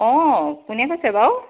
অ' কোনে কৈছে বাৰু